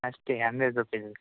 ಅಷ್ಟೇ hundred rupees